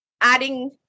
adding